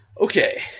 Okay